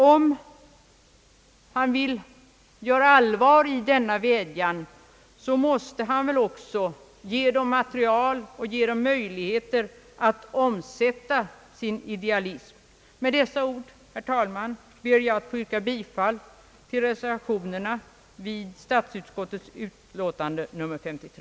Om han vill göra allvar av denna vädjan, måste han väl också ge ungdomen materiel och möjligheter att i praktiken omsätta sin idealism.